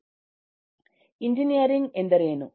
engineering ಎಂದರೇನು